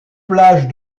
plage